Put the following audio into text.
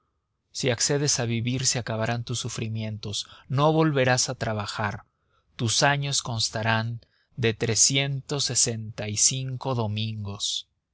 si accedes a vivir se acabarán tus sufrimientos no volverás a trabajar tus años constarán de trescientos sesenta y cinco domingos